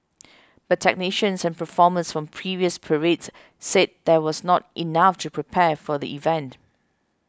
but technicians and performers from previous parades said that was not enough to prepare for the event